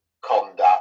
conduct